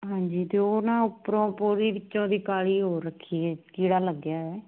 ਹਾਂਜੀ ਅਤੇ ਉਹ ਨਾ ਉੱਪਰੋਂ ਪੂਰੀ ਵਿੱਚੋਂ ਦੀ ਕਾਲੀ ਹੋ ਰੱਖੀ ਹੈ ਕੀੜਾ ਲੱਗਿਆ ਹੈ